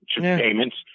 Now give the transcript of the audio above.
payments